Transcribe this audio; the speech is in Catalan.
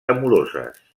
amoroses